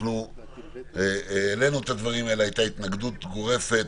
אבל הייתה התנגדות גורפת.